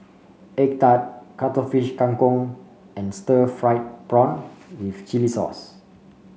Egg Tart Cuttlefish Kang Kong and Stir Fried Prawn with Chili Sauce